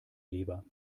leber